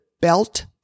belt